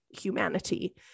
humanity